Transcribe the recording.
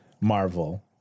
Marvel